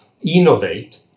innovate